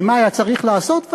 ומה היה צריך לעשות,